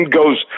goes